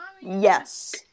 Yes